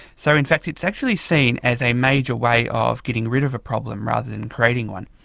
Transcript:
so in fact it's actually seen as a major way of getting rid of a problem rather than creating one.